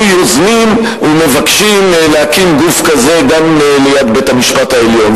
יוזמים ומבקשים להקים גוף כזה גם ליד בית-המשפט העליון.